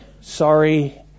Sorry